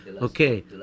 Okay